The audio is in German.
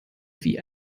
wie